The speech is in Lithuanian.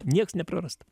nieks neprarasta